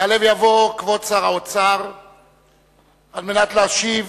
יעלה ויבוא כבוד שר האוצר על מנת להשיב